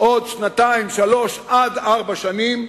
עוד שנתיים, שלוש, עד ארבע שנים,